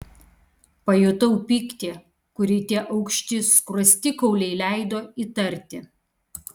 pajutau pyktį kurį tie aukšti skruostikauliai leido įtarti